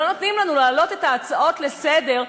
לא נותנים לנו להעלות את ההצעות לסדר-היום,